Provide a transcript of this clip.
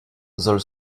soll